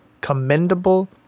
commendable